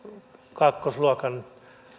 kakkosluokan